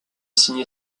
signé